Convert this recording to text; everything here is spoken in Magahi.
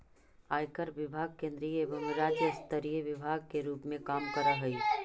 आयकर विभाग केंद्रीय एवं राज्य स्तरीय विभाग के रूप में काम करऽ हई